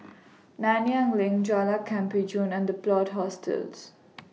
Nanyang LINK Jalan Kemajuan and The Plot Hostels